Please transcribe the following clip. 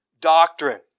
doctrine